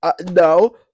No